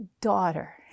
daughter